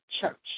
church